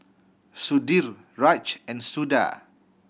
Sudhir Raj and Suda